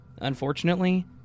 Unfortunately